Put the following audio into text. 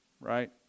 right